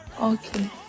Okay